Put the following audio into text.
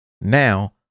Now